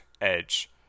Edge